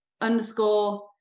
underscore